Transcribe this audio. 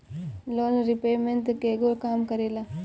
Loan repayment केगा काम करेला?